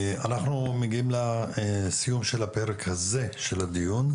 אנחנו מגיעים לסיום הפרק הזה של הדיון.